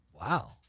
Wow